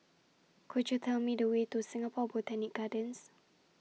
Could YOU Tell Me The Way to Singapore Botanic Gardens